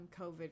COVID